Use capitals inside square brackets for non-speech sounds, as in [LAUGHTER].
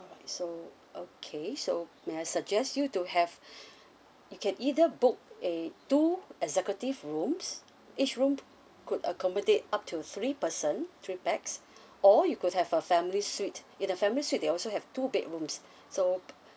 alright so okay so may I suggest you to have [BREATH] you can either book a two executive rooms each room could accommodate up to three person three pax or you could have a family suite in a family suite they also have two bedrooms so